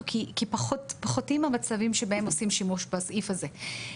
כי פחותים המצבים שבהם עושים שימוש בסעיף הזה,